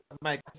Mike